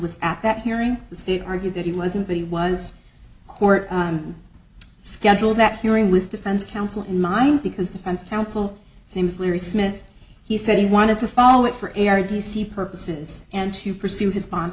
was at that hearing the state argued that he wasn't but he was court scheduled that hearing with defense counsel in mind because defense counsel seems larry smith he said he wanted to follow it for air d c purposes and to pursue his bond